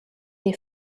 les